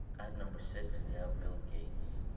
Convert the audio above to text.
at number six we have bill gates.